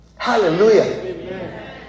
Hallelujah